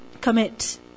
commit